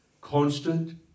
constant